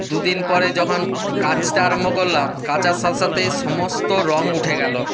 দুদিন পরে যখন কাচতে আরম্ভ করলাম কাচার সাথ সাথে সমস্ত রং উঠে গেলো